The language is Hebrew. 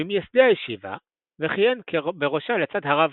ממייסדי הישיבה וכיהן בראשה לצד הרב